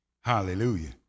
hallelujah